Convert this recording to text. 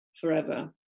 forever